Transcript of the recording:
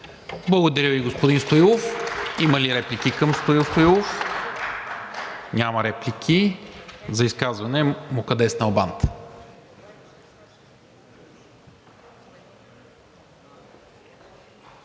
Благодаря Ви, господин Стоилов. Има ли реплики към Стоил Стоилов? Няма. За изказване – Мукаддес Налбант,